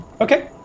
Okay